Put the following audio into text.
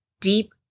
deep